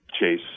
Chase